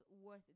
worth